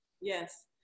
yes